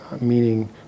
meaning